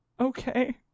okay